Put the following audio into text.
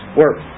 work